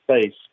space